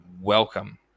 welcome